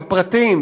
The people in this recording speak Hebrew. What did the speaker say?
בפרטים,